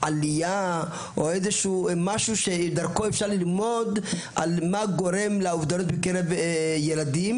עלייה או משהו שדרכו אפשר ללמוד על מה גורם לאובדות בקרב ילדים?